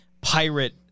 pirate